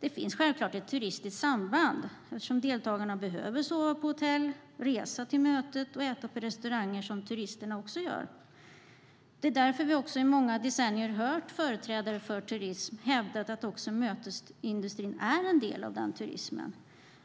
Det finns självklart ett turistiskt samband eftersom deltagarna behöver sova på hotell, resa till mötet och äta på restauranger som turisterna också gör. Det är därför som vi i många decennier hört företrädare för turism hävda att också mötesindustrin är en del av den turismen.